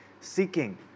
seeking